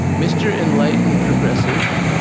mr. enlightened progressive.